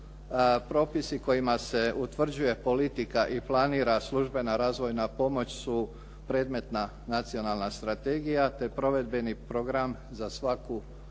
propisi kojima se utvrđuje politika i planira službena razvojna pomoć su predmetna nacionalna strategija te provedbeni program za svaku odnosnu